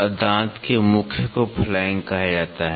और दाँत के मुख को कहा जाता है